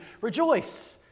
rejoice